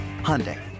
Hyundai